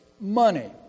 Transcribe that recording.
money